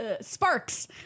sparks